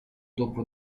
dopo